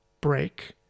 break